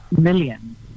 millions